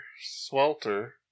swelter